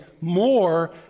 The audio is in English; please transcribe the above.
more